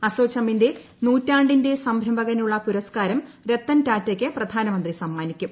അസോചമിന്റെ നൂറ്റാണ്ടിന്റെ സംരംഭകനുള്ള പുരസ്കാരം രത്തൻ ടാറ്റയ്ക്ക് പ്രധാനമന്ത്രി സമ്മാനിക്കും